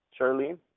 Charlene